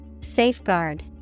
Safeguard